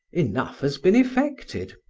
enough has been effected.